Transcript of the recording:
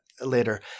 later